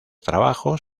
trabajos